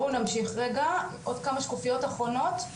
באו נמשיך רגע, עוד כמה שקופיות אחרונות.